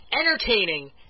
entertaining